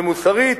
ומוסרית,